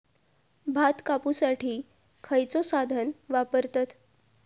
भात कापुसाठी खैयचो साधन वापरतत?